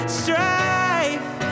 strife